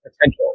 potential